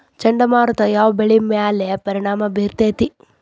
ಚಂಡಮಾರುತ ಯಾವ್ ಬೆಳಿ ಮ್ಯಾಲ್ ಪರಿಣಾಮ ಬಿರತೇತಿ?